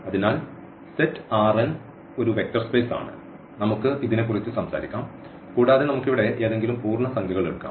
അതിനാൽ സെറ്റ് ഒരു vector space ആണ് നമുക്ക് ഇതിനെക്കുറിച്ച് സംസാരിക്കാം കൂടാതെ നമുക്ക് ഇവിടെ ഏതെങ്കിലും പൂർണ്ണസംഖ്യകൾ എടുക്കാം